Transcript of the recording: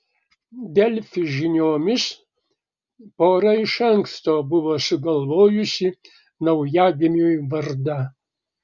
delfi žiniomis pora iš anksto buvo sugalvojusi naujagimiui vardą